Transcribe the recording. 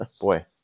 boy